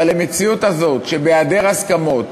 אבל המציאות הזאת, שבהיעדר הסכמות